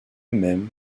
même